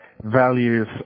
values